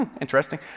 Interesting